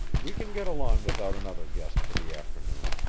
we can get along without another guest for the afternoon.